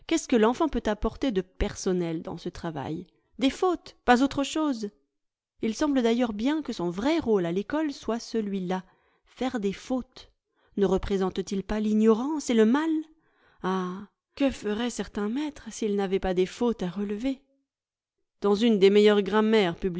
qu'est-ce que l'enfant peut apporter de personnel dans ce travail des fautes pas autre chose il semble d'ailleurs bien que son vrai rôle à l'ecole soit celui-là faire des fautes ne représentet il pas l'ignorance et le mal ah que feraient certains maîtres s'ils n'avaient pas des fautes à relever dans une des meilleures grammaires